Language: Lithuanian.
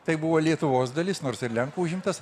tai buvo lietuvos dalis nors ir lenkų užimtas